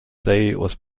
promoted